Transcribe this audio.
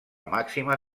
màxima